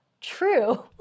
True